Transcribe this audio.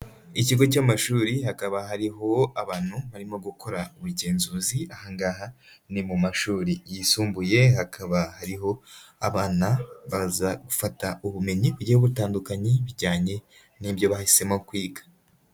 Ikigo cy'amashuri hakaba hariho abantu barimo gukora ubugenzuzi, aha ngaha ni mu mashuri yisumbuye hakaba hariho abana baza gufata ubumenyi bugiye butandukanye bijyanye n'ibyo bahisemo kwiga.